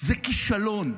זה כישלון.